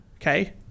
okay